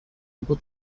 aber